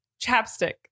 chapstick